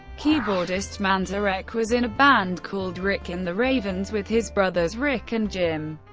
keyboardist manzarek was in a band called rick and the ravens with his brothers rick and jim,